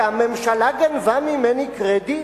שהממשלה גנבה ממני קרדיט?